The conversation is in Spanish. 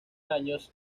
años